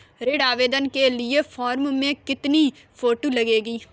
ऋण आवेदन के फॉर्म में कितनी फोटो लगेंगी?